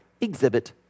Exhibit